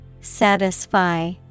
Satisfy